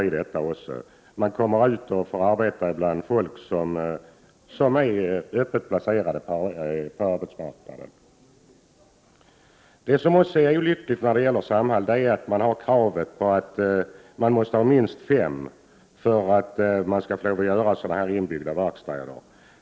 De arbetshandikappade får t.ex. arbeta bland människor som är öppet placerade på arbetsmarknaden. En annan olycklig omständighet när det gäller Samhall är att det ställs krav på minst fem personer för att Samhall skall få inrätta sådana inbyggda verkstäder.